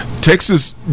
Texas